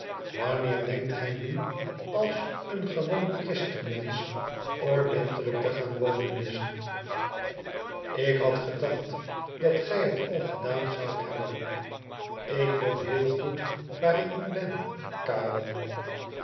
waaneer denkt gij nu als een gewoon christenmensch ordentelijk te gain wonen lize ik had gedacht dat gij het al gedaan zoudt hebben ik woon heel goed waar ik nu ben karel